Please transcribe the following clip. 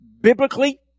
biblically